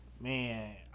man